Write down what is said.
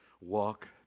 walk